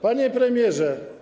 Panie Premierze!